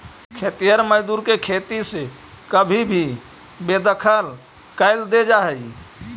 खेतिहर मजदूर के खेती से कभी भी बेदखल कैल दे जा हई